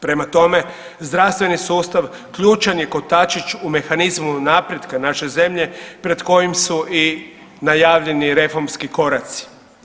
Prema tome, zdravstveni sustav ključan je kotačić u mehanizmu napretka naše zemlje pred kojim su i najavljeni reformski koraci.